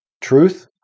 Truth